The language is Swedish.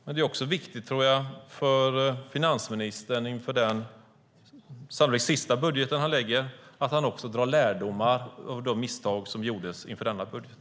Men det är också viktigt, tror jag, för finansministern inför den sannolikt sista budget som han lägger fram att han drar lärdomar av de misstag som gjordes inför denna budget.